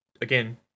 again